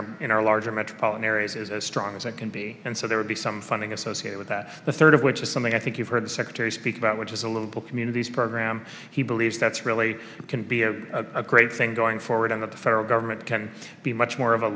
our in our larger metropolitan areas is as strong as it can be and so there will be some funding associated with that the third of which is something i think you've heard the secretary speak about which is a little communities program he believes that's really can be a great thing going forward in the federal government can be much more of a